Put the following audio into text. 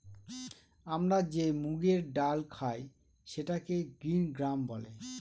আমরা যে মুগের ডাল খায় সেটাকে গ্রিন গ্রাম বলে